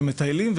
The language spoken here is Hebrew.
ומטיילים,